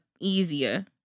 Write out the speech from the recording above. easier